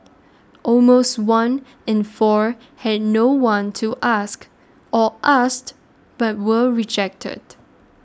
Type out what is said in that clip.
almost one in four had no one to ask or asked but were rejected